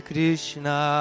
Krishna